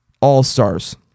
All-Stars